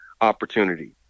opportunity